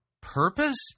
purpose